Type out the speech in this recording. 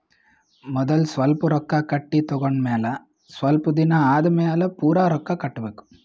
ಮದಲ್ ಸ್ವಲ್ಪ್ ರೊಕ್ಕಾ ಕಟ್ಟಿ ತಗೊಂಡ್ ಆಮ್ಯಾಲ ಸ್ವಲ್ಪ್ ದಿನಾ ಆದಮ್ಯಾಲ್ ಪೂರಾ ರೊಕ್ಕಾ ಕಟ್ಟಬೇಕ್